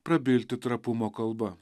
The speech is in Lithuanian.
prabilti trapumo kalba